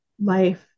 life